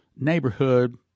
neighborhood